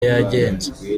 yagenze